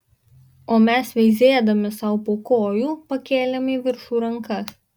o mes veizėdami sau po kojų pakėlėm į viršų rankas